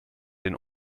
den